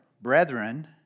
brethren